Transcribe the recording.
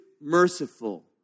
merciful